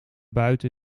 buiten